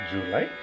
July